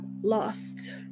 lost